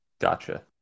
gotcha